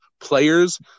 players